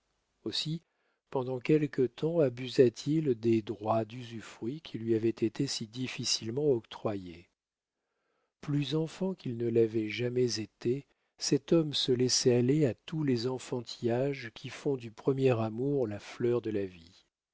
aussi pendant quelque temps abusa t il des droits d'usufruit qui lui avaient été si difficilement octroyés plus enfant qu'il ne l'avait jamais été cet homme se laissait aller à tous les enfantillages qui font du premier amour la fleur de la vie